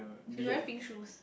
she's wearing pink shoes